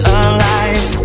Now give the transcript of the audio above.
alive